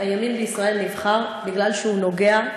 הימין בישראל נבחר מפני שהוא נוגע,